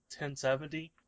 1070